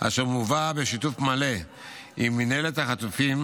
אשר מובא בשיתוף מלא עם מינהלת החטופים,